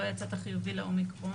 לא יצאת חיובי לאומיקרון.